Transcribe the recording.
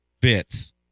Bits